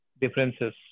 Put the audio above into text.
differences